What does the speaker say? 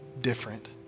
different